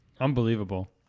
Unbelievable